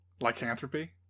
Lycanthropy